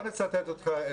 בוא נצטט את בן גוריון.